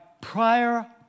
prior